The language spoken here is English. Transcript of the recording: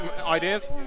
ideas